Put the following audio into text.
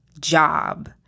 job